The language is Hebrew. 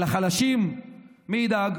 ולחלשים מי ידאג?